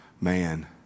Man